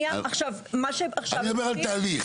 אני אומר על תהליך.